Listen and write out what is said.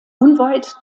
unweit